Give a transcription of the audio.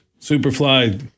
Superfly